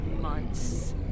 months